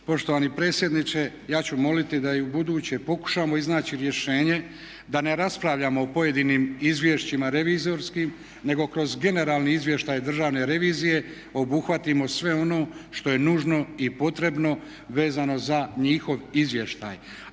poštovani predsjedniče ja ću moliti da i ubuduće pokušamo iznaći rješenje da ne raspravljamo o pojedinim izvješćima revizorskim nego kroz generalni izvještaj Državne revizije obuhvatimo sve ono što je nužno i potrebno vezano za njihov izvještaj,